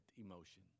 emotion